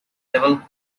double